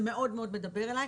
זה מאוד מדבר אליי,